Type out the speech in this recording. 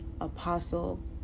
Apostle